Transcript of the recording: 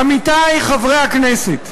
עמיתי חברי הכנסת,